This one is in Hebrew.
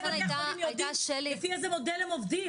בתי החולים יודעים לפי איזה מודל הם עובדים.